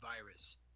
virus